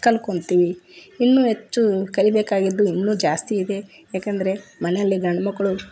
ಕಲಿತ್ಕೋತಿವಿ ಇನ್ನು ಹೆಚ್ಚು ಕಲಿಬೇಕಾಗಿದ್ದು ಇನ್ನೂ ಜಾಸ್ತಿ ಇದೆ ಯಾಕಂದರೆ ಮನೆಯಲ್ಲಿ ಗಂಡು ಮಕ್ಕಳು